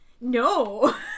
no